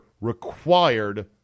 required